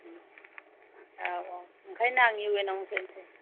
औ औ ओंखायनो आं इउ एन आवनो सोनोसै